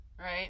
Right